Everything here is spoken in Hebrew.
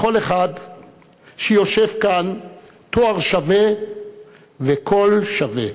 לכל אחד שיושב כאן תואר שווה וקול שווה.